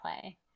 play